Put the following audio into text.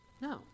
No